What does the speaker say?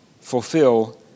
fulfill